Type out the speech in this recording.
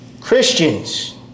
Christians